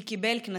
וקיבל קנסות.